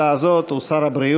המשיב גם בהצעה הזאת הוא שר הבריאות,